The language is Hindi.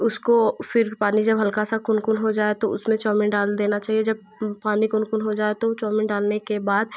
उसको फिर पानी जब हल्का सा कुल कुल हो जाए तो उसमें चौमीन डाल देना चाहिए जब पानी कुल कुल हो जाए तो चौमीन डालने के बाद